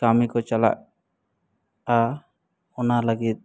ᱠᱟᱹᱢᱤ ᱠᱚ ᱪᱟᱞᱟᱜᱼᱟ ᱚᱱᱟ ᱞᱟᱹᱜᱤᱫ